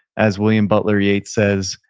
as william butler yates says,